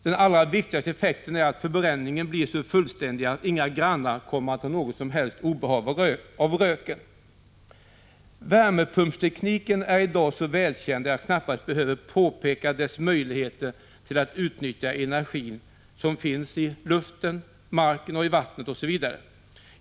Den allra viktigaste effekten är att förbränningen blir så fullständig att inga grannar kommer att ha något som helst obehag av röken. Värmepumpstekniken är i dag så välkänd att jag knappast behöver påpeka dess möjligheter till utnyttjande av energi som finns i luften, marken, vattnet osv.